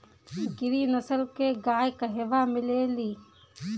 गिरी नस्ल के गाय कहवा मिले लि?